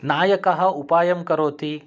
नायकः उपायं करोति